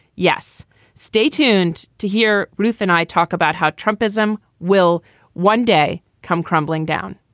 yes stay tuned to hear ruth and i talk about how trumpism will one day come crumbling down.